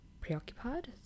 preoccupied